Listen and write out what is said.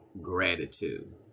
Gratitude